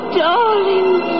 darling